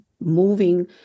moving